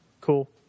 Cool